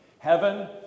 Heaven